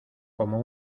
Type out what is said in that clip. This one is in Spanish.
como